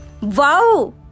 Wow